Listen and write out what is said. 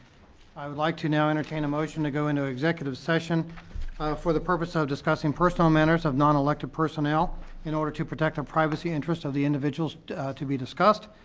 i would like to now entertain a motion to go into executive session for the purpose ah of discussing personal matters of nonelected personnel in order to protect the and privacy interests of the individuals to be discussed.